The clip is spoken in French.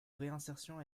réinsertion